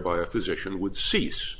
by a physician would cease